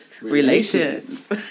Relations